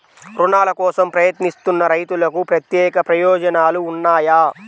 రుణాల కోసం ప్రయత్నిస్తున్న రైతులకు ప్రత్యేక ప్రయోజనాలు ఉన్నాయా?